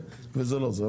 וזה לא זה,